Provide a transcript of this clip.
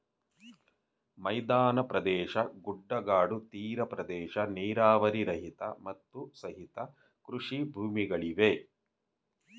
ಮೈದಾನ ಪ್ರದೇಶ, ಗುಡ್ಡಗಾಡು, ತೀರ ಪ್ರದೇಶ, ನೀರಾವರಿ ರಹಿತ, ಮತ್ತು ಸಹಿತ ಕೃಷಿ ಭೂಮಿಗಳಿವೆ